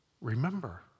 Remember